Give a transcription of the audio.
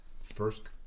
first